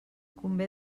convé